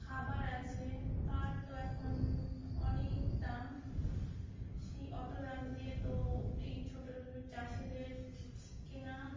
খাবার আছে তার তো এখন অনেক দাম সেই অত দাম দিয়ে তো এই ছোটো চাষিদের কেনা